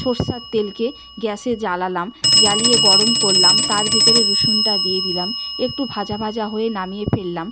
সরষের তেলকে গ্যাসে জ্বালালাম জ্বালিয়ে গরম করলাম তার ভিতরে রসুনটা দিয়ে দিলাম একটু ভাজা ভাজা হয়ে নামিয়ে ফেললাম